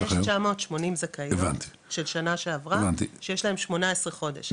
980 זכאיות של שנה שעברה שיש להן 18 חודש.